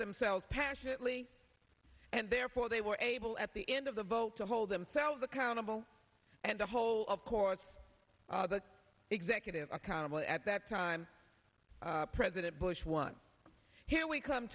themselves passionately and therefore they were able at the end of the vote to hold themselves accountable and the whole of course the executive accountable at that time president bush won here we come